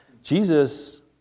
Jesus